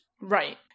right